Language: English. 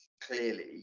clearly